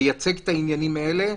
אנא תייצג את העניינים האלה,